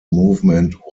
movement